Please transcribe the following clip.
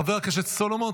חבר הכנסת סולומון,